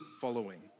following